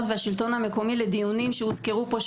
והשלטון המקומי לדיונים שהוזכרו פה,